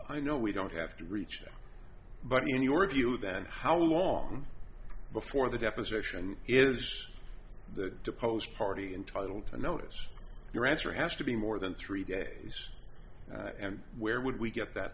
i know we don't have to reach that but in your view then how long before the deposition is that deposed party entitle to notice or your answer has to be more than three days and where would we get that